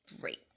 great